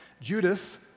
Judas